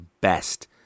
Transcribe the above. best